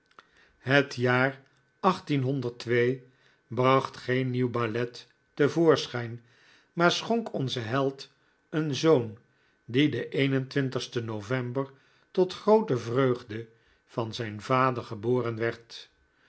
het jaar bracht geen nieuw ballet te voorschijn maar schonk onzen held een zoon die den sten november tot groote vreugde van zijn vader geboren werd